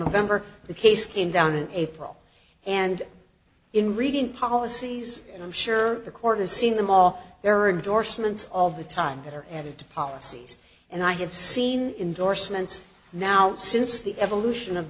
november the case came down in april and in reading policies and i'm sure the court has seen them all there are indorsements of the time that are added to policies and i have seen indorsements now since the evolution of